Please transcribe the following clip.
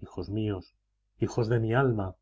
hijos míos hijos de mi alma